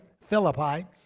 Philippi